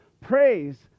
praise